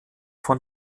von